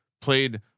played